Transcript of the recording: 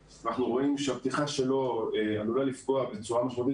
כי אנחנו רוצים באמת לראות האם התוספת